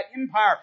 empire